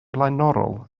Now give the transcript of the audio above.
flaenorol